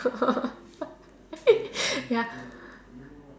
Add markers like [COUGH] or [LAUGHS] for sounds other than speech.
[LAUGHS] ya